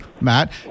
Matt